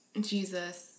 Jesus